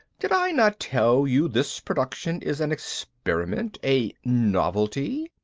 did i not tell you this production is an experiment, a novelty?